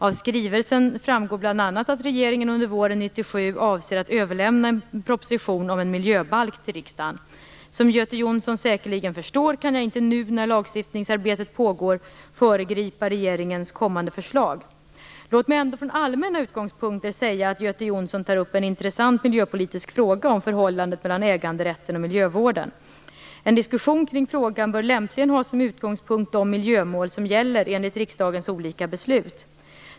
Av skrivelsen framgår bl.a. att regeringen under våren 1997 avser att överlämna en proposition om en miljöbalk till riksdagen. Som Göte Jonsson säkerligen förstår kan jag inte nu, när lagstiftningsarbetet pågår, föregripa regeringens kommande förslag. Låt mig ändå från allmänna utgångspunkter säga att Göte Jonsson tar upp en intressant miljöpolitisk fråga om förhållandet mellan äganderätten och miljövården. En diskussion kring frågan bör lämpligen ha som utgångspunkt de miljömål som gäller enligt riksdagens olika beslut.